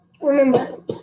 remember